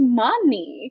money